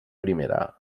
primera